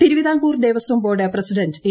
Thiruvithamkoor Devaswom board president A